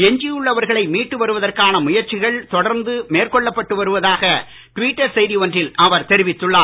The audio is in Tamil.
எஞ்சியுள்ளவர்களை மீட்டு வருவதற்கான முயற்சிகள் தொடர்ந்து மேற்கொள்ளப் படுவதாக ட்விட்டர் செய்தி ஒன்றில் அவர் தெரிவித்துள்ளார்